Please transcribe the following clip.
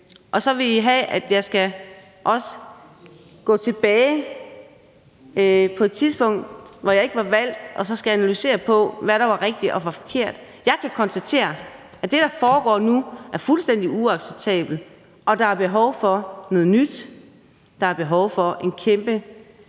og så vil I have, at jeg også skal gå tilbage til et tidspunkt, hvor jeg ikke var valgt, og så skal jeg analysere på, hvad der var rigtigt og forkert. Jeg kan konstatere, at det, der foregår nu, er fuldstændig uacceptabelt, og der er behov for noget nyt, der er behov for en kæmpe